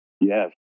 yes